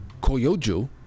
Koyoju